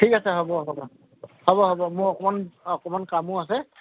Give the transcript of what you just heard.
ঠিক আছে হ'ব হ'ব হ'ব হ'ব মোৰ অকমান অকমান কামো আছে